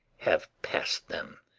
have passed them,